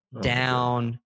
down